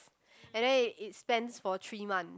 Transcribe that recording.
and then it it spans for three month